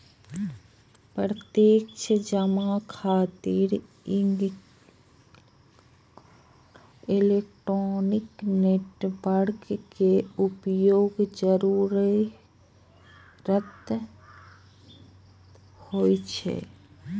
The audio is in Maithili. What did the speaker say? प्रत्यक्ष जमा खातिर इलेक्ट्रॉनिक नेटवर्क के उपयोगक जरूरत होइ छै